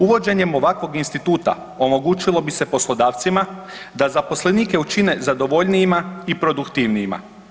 Uvođenjem ovakvog instituta omogućilo bi se poslodavcima da zaposlenike učine zadovoljnijima i produktivnijima.